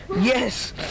Yes